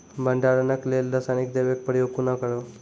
भंडारणक लेल रासायनिक दवेक प्रयोग कुना करव?